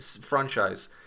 franchise